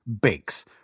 bakes